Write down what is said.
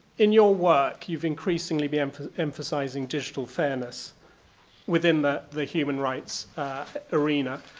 in your work you've increasingly been emphasizing digital fairness within the the human rights arena.